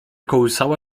kołysała